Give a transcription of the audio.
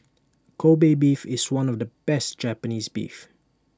Kobe Beef is one of the best Japanese Beef